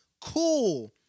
Cool